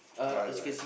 my life